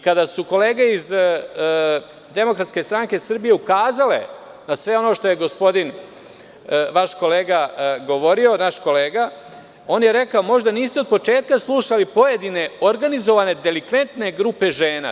Kada su kolege iz DSS ukazale na sve ono što je gospodin, vaš kolega govorio, on je rekao – možda niste od početka slušali pojedine organizovane, delikventne grupe žena.